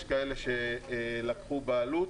יש כאלה שלקחו בעלות.